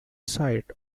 site